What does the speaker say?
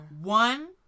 one